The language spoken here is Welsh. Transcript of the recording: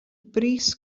bris